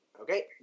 Okay